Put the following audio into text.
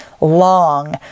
long